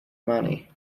money